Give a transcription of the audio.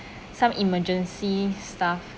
some emergency stuff